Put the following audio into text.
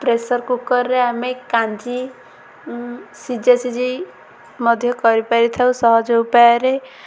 pressure କୁକର୍ରେ ଆମେ କାଞ୍ଜି ସିଝା ସିଝେଇ ମଧ୍ୟ କରିପାରି ଥାଉ ସହଜ ଉପାୟରେ